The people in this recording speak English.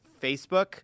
Facebook